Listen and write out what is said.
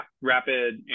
rapid